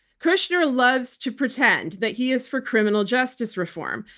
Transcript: kushner loves to pretend that he is for criminal justice reform.